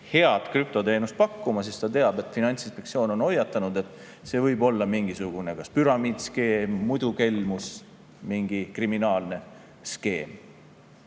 head krüptoteenust pakkuma, siis ta teab, et Finantsinspektsioon on hoiatanud, et see võib olla mingisugune püramiidskeem, muidu kelmus, mingi kriminaalne skeem.